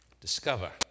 Discover